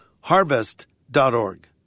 harvest.org